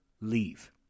leave